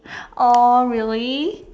!aww! really